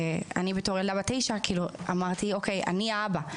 ואני בתור ילדה בת תשע אמרתי: אני האבא,